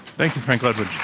thank you, frank ledwidge.